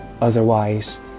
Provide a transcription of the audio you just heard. otherwise